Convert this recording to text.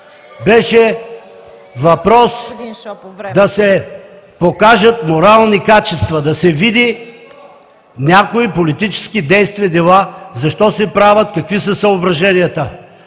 ПАВЕЛ ШОПОВ: …покажат морални качества. Да се види някои политически действия и дела защо се правят, какви са съображенията?!